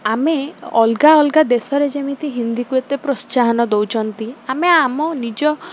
ଆମେ ଅଲଗା ଅଲଗା ଦେଶରେ ଯେମିତି ହିନ୍ଦୀକୁ ଏତେ ପ୍ରୋତ୍ସାହନ ଦେଉଛନ୍ତି ଆମେ ଆମ ନିଜ